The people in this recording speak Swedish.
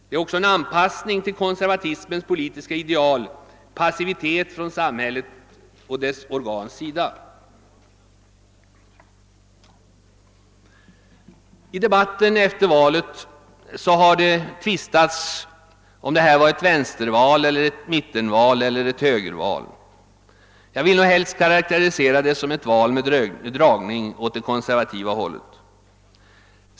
Det är också en anpassning till konservatismens politiska ideal: passivitet från samhällets och dess organs sida. I eftervalsdebatten har det tvistats om huruvida det var ett vänsterval, ett mittenval eller högerval. Jag vill helst karakterisera det som ett val med dragning åt det konservativa hållet.